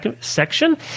section